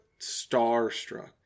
starstruck